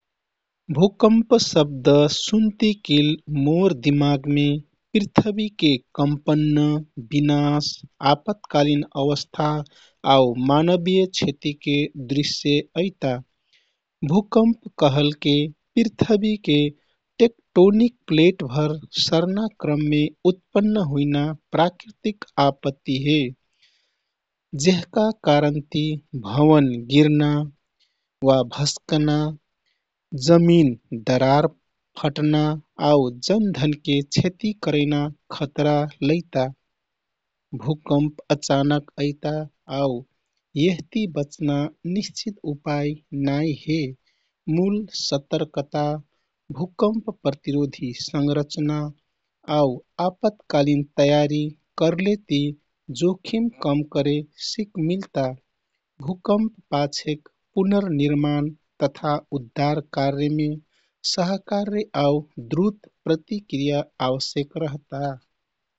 "भूकम्प" शब्द सुन्तिकिल मोर दिमागमे पृथ्वीके कम्पन्न, विनाश, आपतकालिन अवस्था आउ मानवीय क्षतिके दृश्य अइता। भूकम्प कहलके पृथ्वीके टेक्टोनिक प्लेटभर सर्ना क्रममे उत्पन्न हुइना प्राकृतिक आपत्ति हे, जेहका कारणति भवन गिरना वा भस्कना, जमिन दरार फट्ना आउ जनधनके क्षति करैना खतरा लैता। भूकम्प अचानक अइता आउ यहति बच्ना निश्चित उपाय नाई हे, मूल सतर्कता, भूकम्प प्रतिरोधी संरचना, आउ आपतकालिन तयारी करलेति जोखिम कम करे सिकमिल्ता। भूकम्प पाछेक पुनरनिर्माण तथा उद्धार कार्यमे सहकार्य आउ द्रुत प्रतिक्रिया आवश्यक रहता।